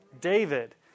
David